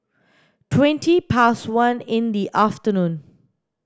twenty past one in the afternoon